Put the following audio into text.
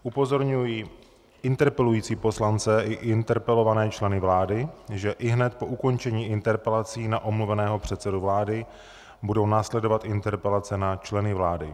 Upozorňuji interpelující poslance i interpelované členy vlády, že ihned po ukončení interpelací na omluveného předsedu vlády budou následovat interpelace na členy vlády.